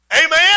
Amen